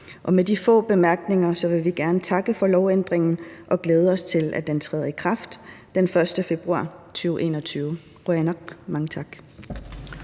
Med de få bemærkninger vil vi gerne takke for lovændringen og glæde os til, at den træder i kraft den 1. februar 2021. Qujanaq – mange tak.